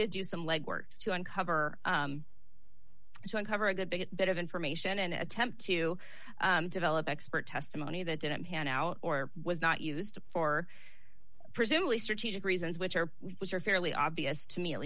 did do some legwork to uncover so uncover a good bit of information an attempt to develop expert testimony that didn't pan out or was not used for presumably strategic reasons which are which are fairly obvious to me at